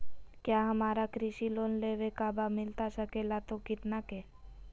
क्या हमारा कृषि लोन लेवे का बा मिलता सके ला तो कितना के?